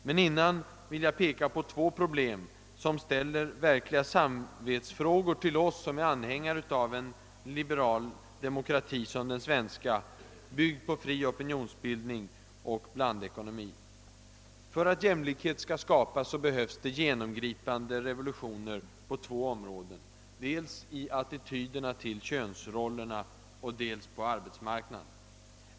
Men dessförinnan vill jag peka på två problem som ställer verkliga samvetsfrågor till oss som är anhängare av en liberal demokrati som den svenska, byggd på fri opinionsbildning och blandekonomi. För att jämlikhet skall skapas behövs det genomgripande revolutioner på två områden, dels i attityden till könsrollerna, dels på arbetsmarknaden.